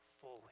fully